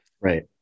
right